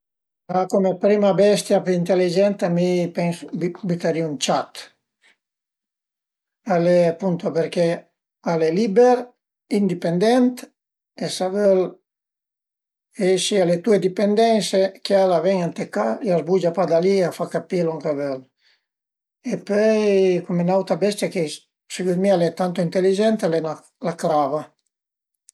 A cume prima bestia pi inteligenta mi pensu bütarìu ën ciat, al e appunto përché al e liber, indipendent e s'a völ esi a le tue dipendense chiel a ven ënt la ca, a s'bugia pa da li, a fa capì lon ch'a völ e pöi cume n'auta bestia che sëcund mi al e tantu inteligenta al e la crava